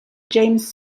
james